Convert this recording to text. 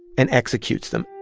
and executes them.